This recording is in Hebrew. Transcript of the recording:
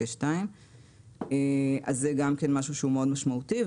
הקש 2. זה גם משהו שהוא מאוד משמעותי,